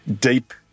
deep